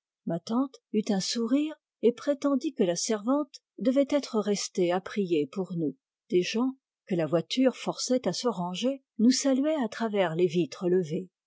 ma tante eut un sourire et prétendit que la servante devait être restée à prier pour nous des gens que la voiture forçait à se ranger nous saluaient à travers les vitres levées